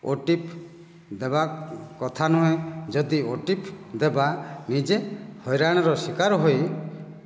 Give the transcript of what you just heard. OTP ଦେବା କଥା ନୁହେଁ ଯଦି ଓଟିପି ଦେବା ନିଜେ ହଇରାଣର ଶିକାର ହୋଇ